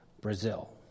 Brazil